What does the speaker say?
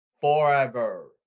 forever